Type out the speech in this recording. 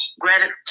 Gratitude